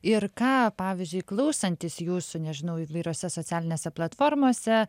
ir ką pavyzdžiui klausantis jūsų nežinau įvairiose socialinėse platformose